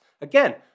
Again